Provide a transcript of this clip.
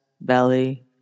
belly